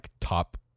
top